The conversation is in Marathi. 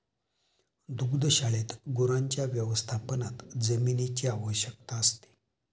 दुग्धशाळेत गुरांच्या व्यवस्थापनात जमिनीची आवश्यकता असते